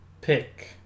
pick